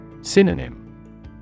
Synonym